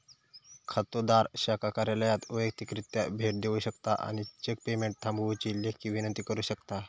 खातोदार शाखा कार्यालयात वैयक्तिकरित्या भेट देऊ शकता आणि चेक पेमेंट थांबवुची लेखी विनंती करू शकता